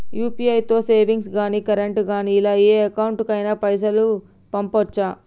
UPI తో savings గాని current గాని ఇలా ఏ అకౌంట్ కైనా పైసల్ పంపొచ్చా?